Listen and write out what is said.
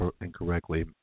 incorrectly